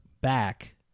back